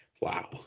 Wow